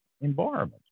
environment